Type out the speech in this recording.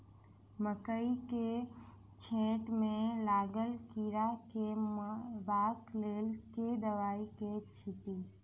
मकई केँ घेँट मे लागल कीड़ा केँ मारबाक लेल केँ दवाई केँ छीटि?